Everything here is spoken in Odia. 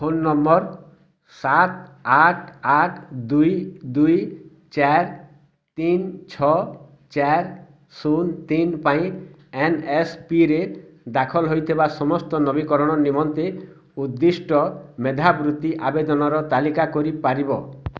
ଫୋନ୍ ନମ୍ବର ସାତ ଆଠ ଆଠ ଦୁଇ ଦୁଇ ଚାରି ତିନି ଛଅ ଚାରି ଶୂନ ତିନି ପାଇଁ ଏନ୍ଏସ୍ପିରେ ଦାଖଲ ହୋଇଥିବା ସମସ୍ତ ନବୀକରଣ ନିମନ୍ତେ ଉଦ୍ଦିଷ୍ଟ ମେଧାବୃତ୍ତି ଆବେଦନର ତାଲିକା କରି ପାରିବ